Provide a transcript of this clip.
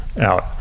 out